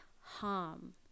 harm